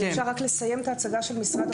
אם אפשר רק לסיים את ההצגה של משרד החינוך?